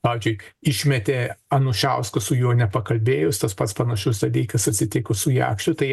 pavyzdžiui išmetė anušauską su juo nepakalbėjus tas pats panašus dalykas atsitiko su jakštu tai